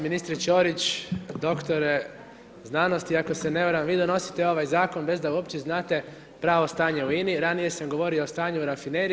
Ministre Čorić, doktore znanosti, ako se ne varam, vi donosite ovaj zakon, bez da uopće znate pravo stanje u INA-i, ranije sam govorio o stanju u rafineriji.